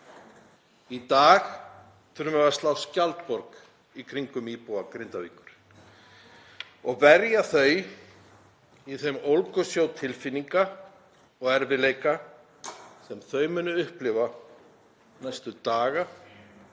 Í dag þurfum við að slá skjaldborg um íbúa Grindavíkur og verja þau í þeim ólgusjó tilfinninga og erfiðleika sem þau munu upplifa næstu daga,